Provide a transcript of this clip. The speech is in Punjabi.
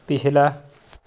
ਪਿਛਲਾ